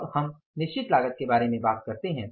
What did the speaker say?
अब हम निश्चित लागत के बारे में बात करते हैं